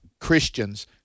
Christians